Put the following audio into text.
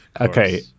Okay